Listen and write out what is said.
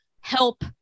help